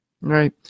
Right